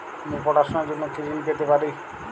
আমি পড়াশুনার জন্য কি ঋন পেতে পারি?